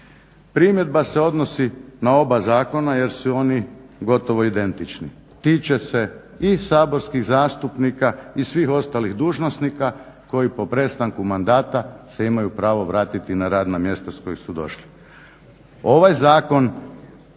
Primjedba se odnosi na oba zakona jer su oni gotovo identični. Tiče se i saborskih zastupnika i i svih ostalih dužnosnika koji po prestanku mandata se imaju pravo vratiti na radna mjesta s kojih su došli.